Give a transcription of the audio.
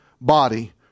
body